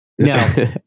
No